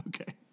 okay